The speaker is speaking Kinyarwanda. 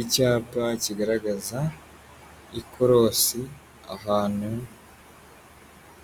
Icyapa kigaragaza ikorosi, ahantu